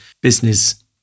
business